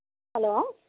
hello